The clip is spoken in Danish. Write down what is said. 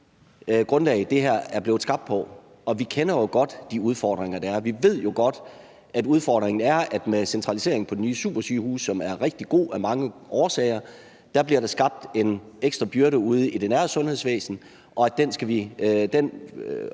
grundlag, det her er blevet skabt på, og vi kender jo godt til de udfordringer, der er. Vi ved jo godt, at udfordringen er, at med centraliseringen på de nye supersygehuse, som er rigtig god af mange årsager, bliver der skabt en ekstra byrde ude i det nære sundhedsvæsen, og at